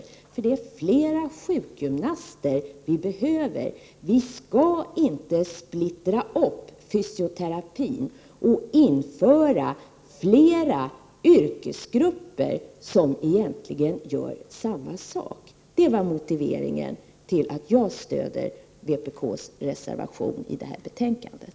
Det är nämligen fler sjukgymnaster vi behöver! Vi skall inte splittra upp fysioterapin och införa fler yrkesgrupper som egentligen gör samma sak. Det var motiveringen till att jag stöder vpk:s reservation i det här betänkandet.